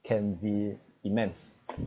can be immense